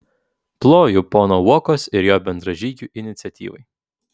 ploju pono uokos ir jo bendražygių iniciatyvai